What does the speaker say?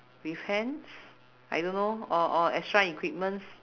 with hands I don't know or or extra equipments